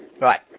Right